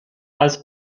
als